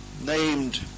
named